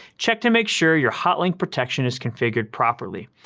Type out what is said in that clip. check to make sure your hotlink protection is configured properly.